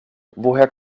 woher